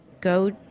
go